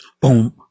boom